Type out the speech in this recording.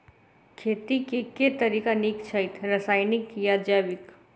खेती केँ के तरीका नीक छथि, रासायनिक या जैविक?